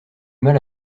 mal